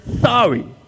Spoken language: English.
sorry